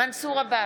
מנסור עבאס,